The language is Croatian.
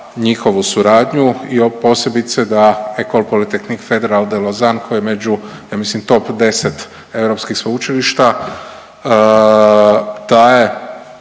njihovu suradnju i posebice da Ecole Polytechnique Federale de Lausanne koje je među, ja mislim, top 10 europskih sveučilišta da